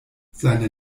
seine